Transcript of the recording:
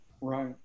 Right